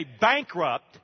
bankrupt